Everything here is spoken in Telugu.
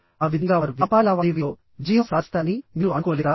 ఆ విధంగా వారు వ్యాపార లావాదేవీలో విజయం సాధిస్తారని మీరు అనుకోలేదా